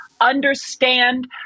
understand